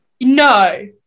No